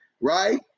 right